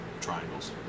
triangles